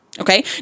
Okay